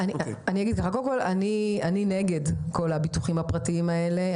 אני נגד כל הביטוחים הפרטיים האלה,